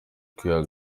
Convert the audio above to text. kwiha